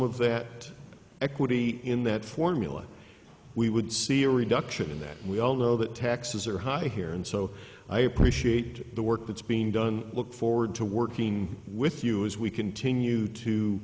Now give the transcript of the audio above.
of that equity in that formula we would see a reduction in that we all know that taxes are high here and so i appreciate the work that's been done look forward to working with you as we continue to